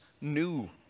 new